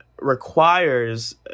requires –